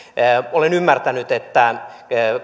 olen ymmärtänyt että